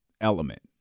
element